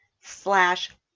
Slash